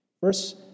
Verse